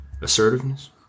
assertiveness